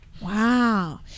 Wow